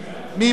מי בעד?